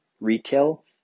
retail